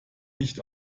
nicht